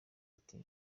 ati